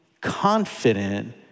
confident